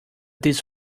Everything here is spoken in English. this